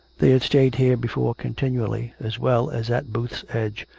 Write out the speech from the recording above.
they had stayed here before continually, as well as at booth's edge,